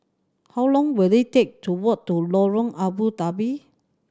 how long will it take to walk to Lorong Abu Talib